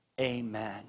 Amen